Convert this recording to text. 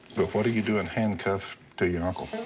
but what are you doing handcuffed to your uncle?